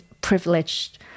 privileged